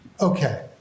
Okay